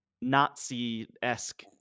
Nazi-esque